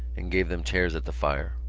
and gave them chairs at the fire.